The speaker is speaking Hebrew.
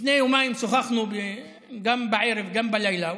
לפני יומיים שוחחנו גם בערב וגם בלילה.